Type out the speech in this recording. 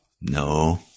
No